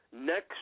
next